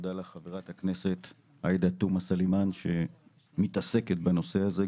תודה לך חברת הכנסת עאידה תומא סלימאן שמתעסקת בנושא הזה,